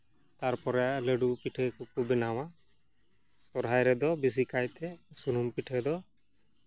ᱛᱟᱨᱯᱚᱨᱮ ᱞᱟᱹᱰᱩ ᱯᱤᱴᱷᱟᱹ ᱠᱚ ᱠᱚ ᱵᱮᱱᱟᱣᱼᱟ ᱥᱚᱨᱦᱟᱭ ᱨᱮᱫᱚ ᱵᱮᱥᱤ ᱠᱟᱭᱛᱮ ᱥᱩᱱᱩᱢ ᱯᱤᱴᱷᱟᱹ ᱫᱚ